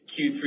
Q3